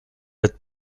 êtes